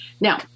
Now